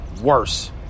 worse